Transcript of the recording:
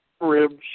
ribs